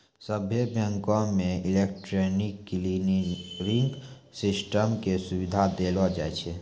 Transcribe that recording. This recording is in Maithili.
सभ्भे बैंको मे इलेक्ट्रॉनिक क्लियरिंग सिस्टम के सुविधा देलो जाय छै